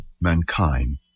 mankind